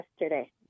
yesterday